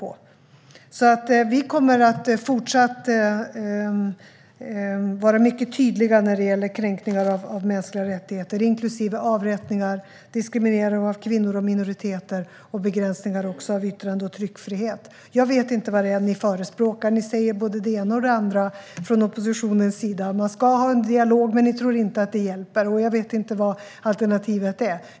Regeringen kommer att fortsätta att vara mycket tydlig i fråga om kränkningar av mänskliga rättigheter, inklusive avrättningar, diskriminering av kvinnor och minoriteter samt begränsning av yttrande och tryckfrihet. Jag vet inte vad ni förespråkar. Oppositionen säger både det ena och det andra. Det ska vara en dialog, men ni tror inte att det hjälper. Jag vet inte vad alternativet är.